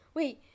Wait